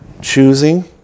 choosing